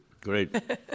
Great